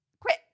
Quit